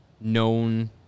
known